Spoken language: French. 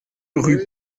rue